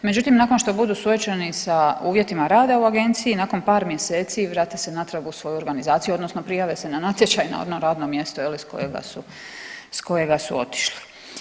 Međutim, nakon što budu suočeni sa uvjetima rada u agenciji nakon par mjeseci vrate se natrag u svoju organizaciju, odnosno prijave se na natječaj na ono radno mjesto sa kojega su otišli.